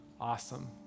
Awesome